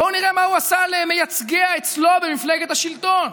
בואו נראה מה הוא עשה למייצגיה אצלו במפלגת השלטון.